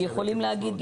יכולים להגיד,